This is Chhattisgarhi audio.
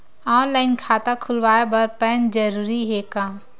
ऑनलाइन खाता खुलवाय बर पैन जरूरी हे का?